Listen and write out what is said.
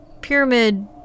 pyramid